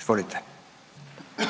Izvolite.